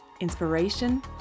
inspiration